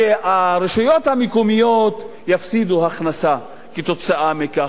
שהרשויות המקומיות יפסידו הכנסה כתוצאה מכך.